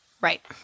Right